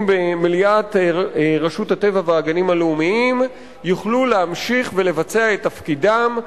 במליאת רשות הטבע והגנים הלאומיים יוכלו להמשיך ולבצע את תפקידם,